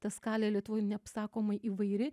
ta skalė lietuvoj neapsakomai įvairi